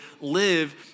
live